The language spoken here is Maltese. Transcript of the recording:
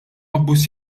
abbuż